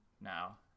now